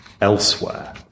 elsewhere